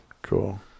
Cool